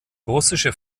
russische